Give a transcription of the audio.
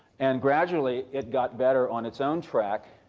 and gradually it got better on its own track.